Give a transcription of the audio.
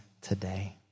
today